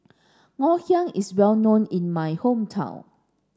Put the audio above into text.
Ngoh Hiang is well known in my hometown